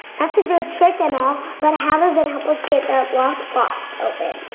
that's a good trick and all, but how does that help us get that lockbox open?